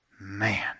Man